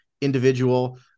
individual